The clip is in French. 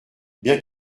bien